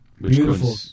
Beautiful